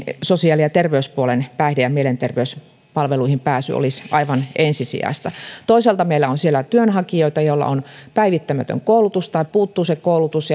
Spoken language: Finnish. sosiaali ja terveyspuolen päihde ja mielenterveyspalveluihin pääsy olisi aivan ensisijaista toisaalta meillä on siellä työnhakijoita joilla on päivittämätön koulutus tai joilta puuttuu se koulutus